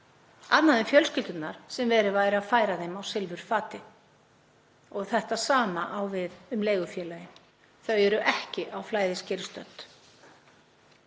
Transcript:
Annað en fjölskyldurnar sem verið væri að færa þeim á silfurfati og þetta sama á við um leigufélögin, þau eru ekki á flæðiskeri stödd.